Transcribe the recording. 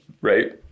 Right